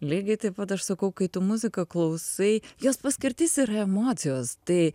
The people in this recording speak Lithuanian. lygiai taip pat aš sakau kai tu muziką klausai jos paskirtis yra emocijos tai